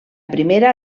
primera